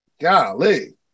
Golly